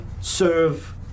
serve